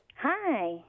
Hi